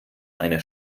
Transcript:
eine